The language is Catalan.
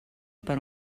per